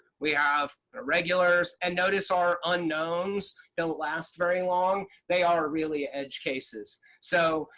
we have irregulars. and notice our unknowns don't last very long. they are really edge cases. so,